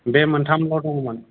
बे मोनथामल' दंमोन